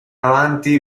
avanti